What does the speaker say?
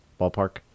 ballpark